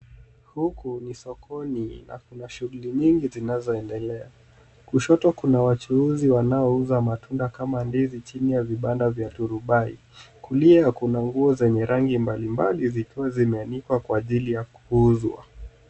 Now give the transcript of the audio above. Huku ni sokoni na kuna shughuli nyingi zinazoendelea. Kushoto kuna wachuuzi wanaouza matunda kama ndizi chini ya vibanda vya turubai. Kulia kuna nguo zenye rangi mbalimbali zikiwa zimeanikwa kwa ajili ya kuuzwa.